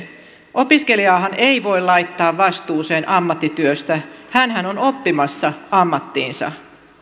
opiskelijaahan ei voi laittaa vastuuseen ammattityöstä hänhän on oppimassa ammattiinsa